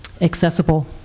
accessible